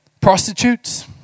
Prostitutes